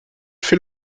fait